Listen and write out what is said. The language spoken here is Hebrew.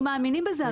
אנחנו מאמינים בזה.